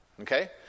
Okay